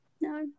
No